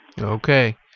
Okay